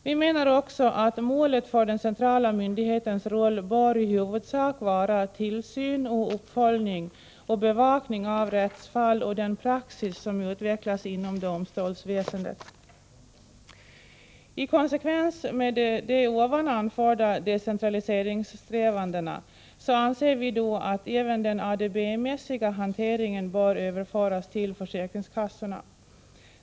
Vi menar också att den centrala myndighetens roll i huvudsak bör gälla tillsyn och uppföljning samt bevakning av rättsfall och den praxis som utvecklas inom domstolsväsendet. I konsekvens med de anförda decentraliseringssträvandena anser vi att även den ADB-mässiga hanteringen bör överföras till försäkringskassorna.